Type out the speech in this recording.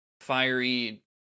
fiery